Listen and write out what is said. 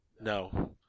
No